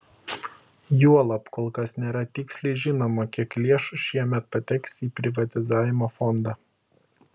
juolab kol kas nėra tiksliai žinoma kiek lėšų šiemet pateks į privatizavimo fondą